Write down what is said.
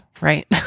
right